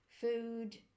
food